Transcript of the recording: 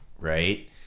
right